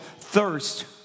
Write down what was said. thirst